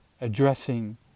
addressing